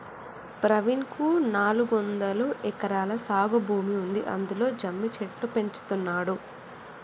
ప్రవీణ్ కు నాలుగొందలు ఎకరాల సాగు భూమి ఉంది అందులో జమ్మి చెట్లు పెంచుతున్నాడు